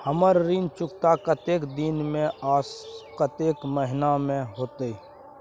हमर ऋण चुकता कतेक दिन में आ कतेक महीना में होतै?